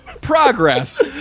progress